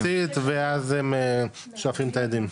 הם חתכים לארבע ואז מצית ואז הם שואפים את האדים.